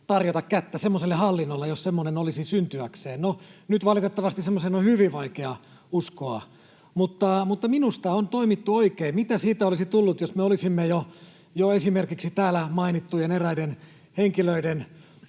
tarjota kättä semmoiselle hallinnolle, jos semmoinen olisi syntyäkseen. No, nyt valitettavasti semmoiseen on hyvin vaikea uskoa. Mutta minusta on toimittu oikein. Mitä siitä olisi tullut, jos me olisimme esimerkiksi jo täällä mainittujen eräiden henkilöiden